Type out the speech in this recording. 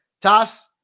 Toss